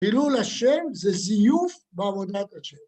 ‫חילול השם זה זיוף בעבודת השם.